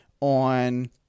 on